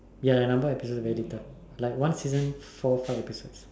ya the number episode very little about one season four five episodes